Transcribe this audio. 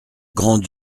grand